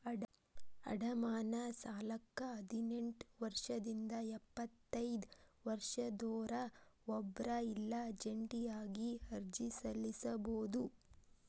ಅಡಮಾನ ಸಾಲಕ್ಕ ಹದಿನೆಂಟ್ ವರ್ಷದಿಂದ ಎಪ್ಪತೈದ ವರ್ಷದೊರ ಒಬ್ರ ಇಲ್ಲಾ ಜಂಟಿಯಾಗಿ ಅರ್ಜಿ ಸಲ್ಲಸಬೋದು